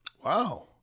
Wow